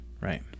Right